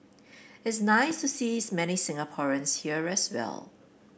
it's nice to sees many Singaporeans here as well